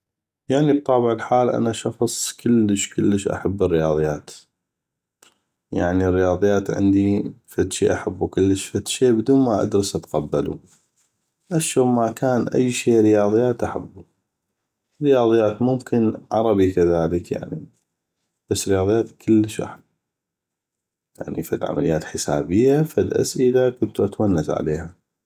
يعني بطابع الحال أنا شخص كلش كلش احب الرياضيات يعني الرياضيات عندي فدشي احبو كلش فدشي بدون ما ادرس اتقبلو اشون ما كان أي شي رياضيات احبو رياضيات ممكن عربي كذلك بس رياضيات كلش احبه يعني فد عمليات حسابية فد اسئلة كنتو اتونس عليها